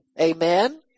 amen